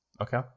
okay